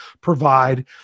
provide